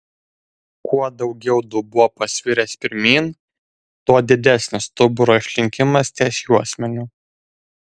kuo daugiau dubuo pasviręs pirmyn tuo didesnis stuburo išlinkimas ties juosmeniu